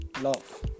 love